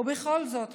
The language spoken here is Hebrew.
ובכל זאת,